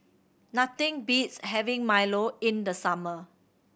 nothing beats having milo in the summer